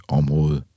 område